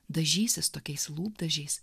dažysis tokiais lūpdažiais